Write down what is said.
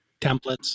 templates